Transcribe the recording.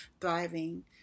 thriving